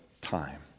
time